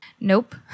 Nope